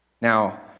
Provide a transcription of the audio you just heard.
Now